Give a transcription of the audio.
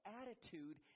attitude